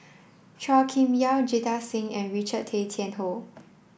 Chua Kim Yeow Jita Singh and Richard Tay Tian Hoe